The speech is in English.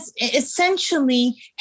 essentially